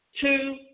two